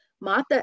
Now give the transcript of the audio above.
Mata